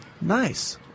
Nice